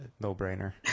no-brainer